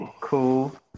cool